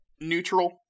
neutral